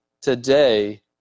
Today